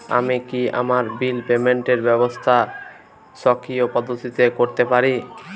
আমি কি আমার বিল পেমেন্টের ব্যবস্থা স্বকীয় পদ্ধতিতে করতে পারি?